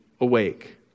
awake